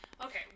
Okay